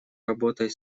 работой